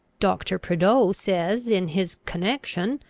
doctor prideaux says in his connection,